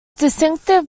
distinctive